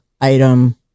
item